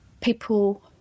People